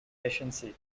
proficiency